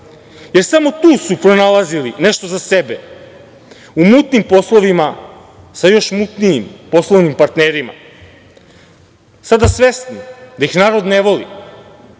jer samo tu su pronalazili nešto za sebe u mutnim poslovima sa još mutnijim poslovnim partnerima. Sada svesni da ih narod ne voli,